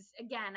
again